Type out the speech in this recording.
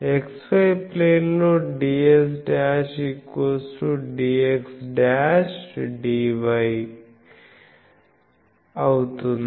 x y plane లో dsdxdy అవుతుంది